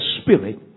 spirit